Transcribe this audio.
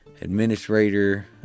administrator